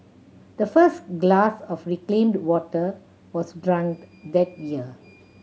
the first glass of reclaimed water was drunk that year